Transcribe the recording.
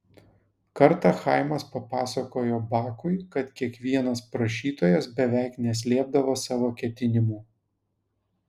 kartą chaimas papasakojo bakui kad kiekvienas prašytojas beveik neslėpdavo savo ketinimų